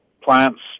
plants